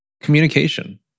communication